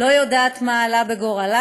לא יודעת מה עלה בגורלם,